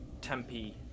Tempe